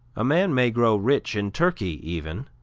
a man may grow rich in turkey even,